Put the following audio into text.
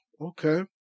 okay